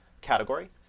category